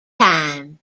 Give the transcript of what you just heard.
time